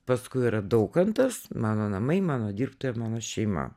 paskui yra daukantas mano namai mano dirbtuvė mano šeima